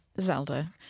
Zelda